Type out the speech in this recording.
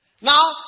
Now